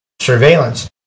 surveillance